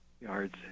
yards